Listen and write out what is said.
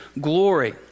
glory